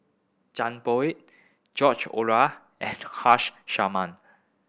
Zhang Bohe George Oehler and Haresh Sharma